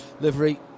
livery